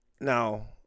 Now